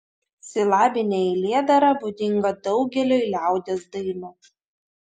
silabinė eilėdara būdinga daugeliui liaudies dainų